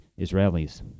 Israelis